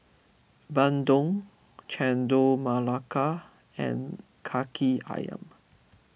Bandung Chendol Melaka and Kaki Ayam